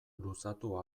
luzatu